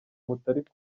mutari